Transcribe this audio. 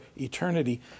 eternity